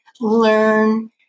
learn